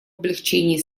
облегчении